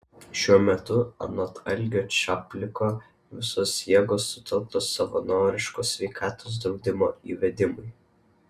šiuo metu anot algio čapliko visos jėgos sutelktos savanoriško sveikatos draudimo įvedimui